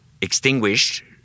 extinguished